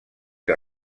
que